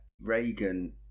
Reagan